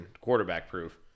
quarterback-proof